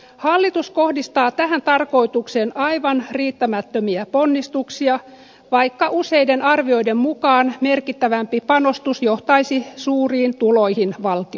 hallitus kohdistaa tähän tarkoitukseen aivan riittämättömiä ponnistuksia vaikka useiden arvioiden mukaan merkittävämpi panostus johtaisi suuriin tuloihin valtiolle